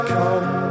come